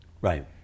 right